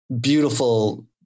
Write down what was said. beautiful